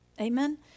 Amen